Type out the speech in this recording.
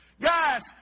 Guys